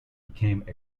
became